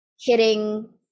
hitting